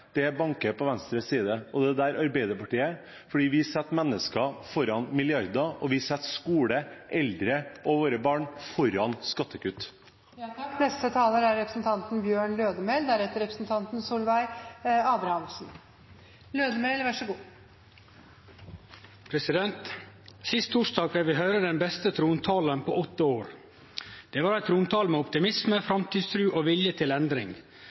at hjertet banker på venstre side, og det er der Arbeiderpartiet er, fordi vi setter mennesker foran milliarder, og vi setter skole, eldre og barn foran skattekutt. Sist torsdag fekk vi høyre den beste trontalen på åtte år. Det var ein trontale med optimisme, framtidstru og vilje til endring.